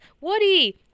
woody